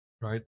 right